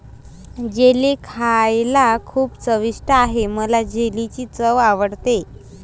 jelly खायला खूप चविष्ट आहे मला जेलीची चव आवडते